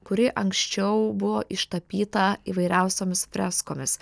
kuri anksčiau buvo ištapyta įvairiausiomis freskomis